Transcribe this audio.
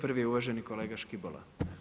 Prvi je uvaženi kolega Škibola.